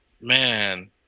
Man